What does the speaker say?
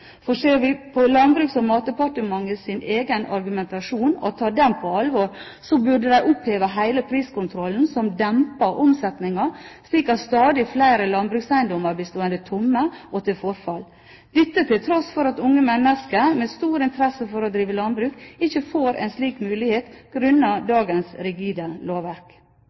for ser vi på Landbruks- og matdepartementets egen argumentasjon, og tar den på alvor, burde de oppheve hele priskontrollen, som demper omsetningen slik at stadig flere landbrukseiendommer blir stående tomme og til forfall, til tross for at unge mennesker med stor interesse for å drive landbruk ikke får en slik mulighet grunnet dagens rigide lovverk.